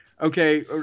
okay